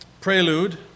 prelude